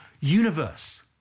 universe